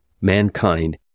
mankind